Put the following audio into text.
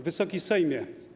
Wysoki Sejmie!